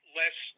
less